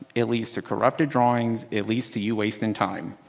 it leads to corrupt drawings, it leads to you wasting time.